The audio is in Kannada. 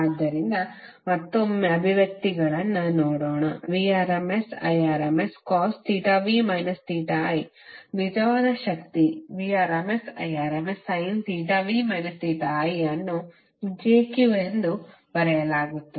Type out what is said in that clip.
ಆದ್ದರಿಂದ ಮತ್ತೊಮ್ಮೆ ಅಭಿವ್ಯಕ್ತಿಗಳನ್ನು ನೋಡೋಣVrms Irmscosv i ನಿಜವಾದ ಶಕ್ತಿ ಮತ್ತು Vrms Irmssinv i ಅನ್ನು jQ ಎಂದು ಬರೆಯಲಾಗುತ್ತದೆ